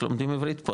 איך לומדים עברית פה,